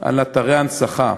על אתרי הנצחה.